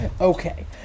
Okay